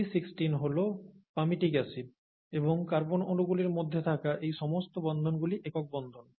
C16 হল palmitic acid এবং carbon অণুগুলির মধ্যে থাকা এই সমস্ত বন্ধনগুলি একক বন্ধন